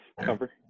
cover